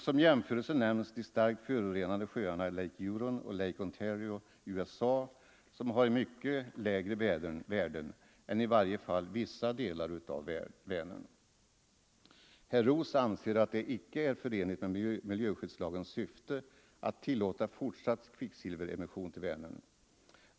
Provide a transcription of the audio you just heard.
Som jämförelse nämns de starkt förorenade sjöarna Lake Huron och Lake Ontario i USA, som har mycket lägre värden än i varje fall vissa delar av Vänern. Herr Roos anser att det icke är förenligt med miljöskyddslagens syfte att tillåta fortsatt kvicksilveremission till Vänern.